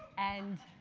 and